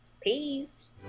Peace